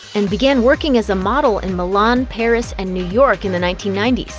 and began working as a model in milan, paris, and new york in the nineteen ninety s.